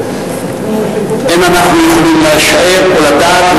אין אנחנו יכולים לשער או לדעת,